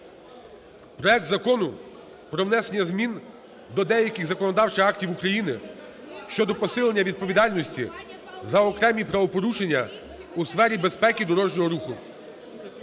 проект Закону про внесення змін до деяких законодавчих актів України щодо посилення відповідальності за окремі правопорушення у сфері безпеки дорожнього руху.